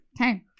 Okay